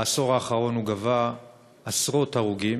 בעשור האחרון הוא גבה עשרות הרוגים,